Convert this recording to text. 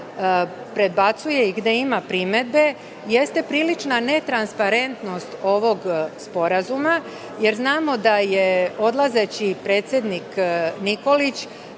prebacuje i gde ima primedbe jeste prilična netransparentnost ovog sporazuma jer znamo da je odlazeći predsednik Nikolić